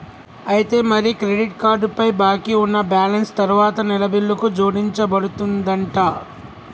అయితే మరి credit card పై బాకీ ఉన్న బ్యాలెన్స్ తరువాత నెల బిల్లుకు జోడించబడుతుందంట